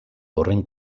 horren